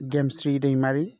गेमस्रि दैमारि